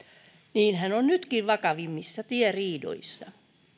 niinhän on nytkin vakavimmissa tieriidoissa